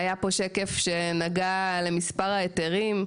היה פה שקף שנגע למספר ההיתרים,